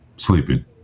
Sleeping